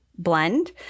blend